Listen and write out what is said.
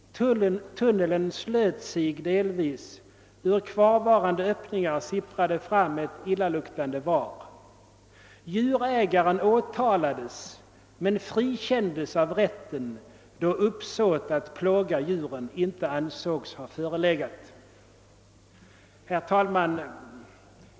Tunneln slöt sig delvis, ur kvarvarande öppningar sipprade fram ett illaluktande var. Djurägaren åtala des men frikändes av rätten då uppsåt att plåga djuren inte ansågs ha förelegat.» Herr talman!